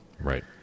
Right